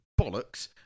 bollocks